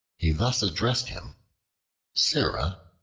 he thus addressed him sirrah,